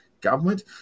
government